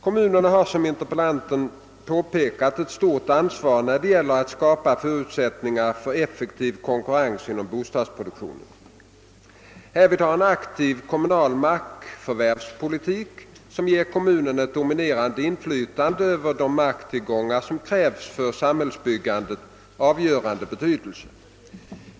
Kommunerna har som interpellanten påpekar ett stort ansvar när det gäller att skapa förutsättningar för effektiv konkurrens inom bostadsproduktionen. Härvid har en aktiv kommunal markförvärvspolitik som ger kommunen ett dominerande inflytande över de marktillgångar som krävs för samhällsbyggandet avgörande betydelse.